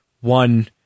one